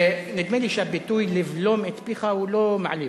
נדמה לי שהביטוי "לבלום את פיך" לא מעליב.